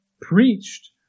preached